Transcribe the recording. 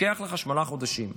לוקח לך שמונה חודשים.